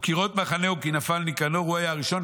וכראות מחנהו כי נפל ניקנור" הוא היה הראשון,